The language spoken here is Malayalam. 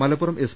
മലപ്പുറം എസ്